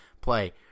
Play